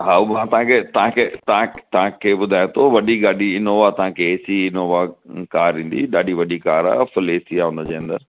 हा उहो मां तव्हांखे तव्हांखे तव्हांखे तव्हांखे ॿुधायां थो वॾी गाॾी इनोवा तव्हांखे ए सी इनोवा कार ईंदी ॾाढी वॾी कार फ़ुल ए सी आहे हुन जे अंदरि